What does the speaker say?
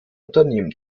unternehmen